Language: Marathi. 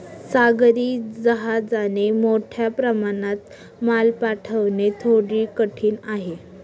सागरी जहाजाने मोठ्या प्रमाणात माल पाठवणे थोडे कठीण आहे